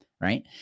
right